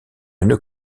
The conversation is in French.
une